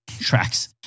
tracks